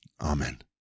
Amen